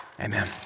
Amen